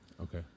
Okay